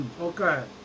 okay